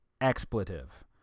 Expletive